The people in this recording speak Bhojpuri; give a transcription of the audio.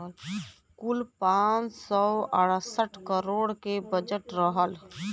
कुल पाँच सौ अड़सठ करोड़ के बजट रहल